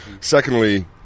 Secondly